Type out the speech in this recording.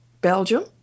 Belgium